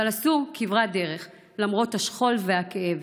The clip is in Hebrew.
אבל עשו כברת דרך למרות השכול והכאב,